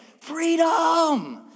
Freedom